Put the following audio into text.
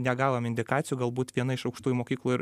negavom indikacijų galbūt viena iš aukštųjų mokyklų ir